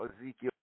Ezekiel